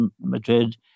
Madrid